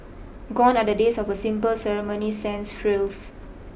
gone are the days of a simple ceremony sans frills